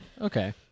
okay